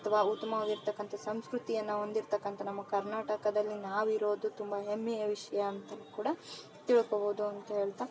ಅಥ್ವ ಉತ್ತುಮವಾಗಿರ್ತಕ್ಕಂಥ ಸಂಸ್ಕೃತಿಯನ್ನ ಹೊಂದಿರ್ತಕ್ಕಂಥ ನಮ್ಮ ಕರ್ನಾಟಕದಲ್ಲಿ ನಾವು ಇರೋದು ತುಂಬ ಹೆಮ್ಮೆಯ ವಿಷಯ ಅಂತ ಕೂಡ ತಿಳ್ಕೊಬೋದು ಅಂತ ಹೇಳ್ತಾ